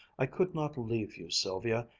i could not leave you, sylvia,